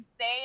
say